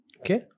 Okay